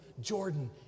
Jordan